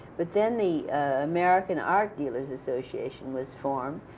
but then the american art dealers association was formed,